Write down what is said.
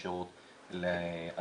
לפני שאני פונה לרב שלזינגר,